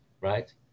right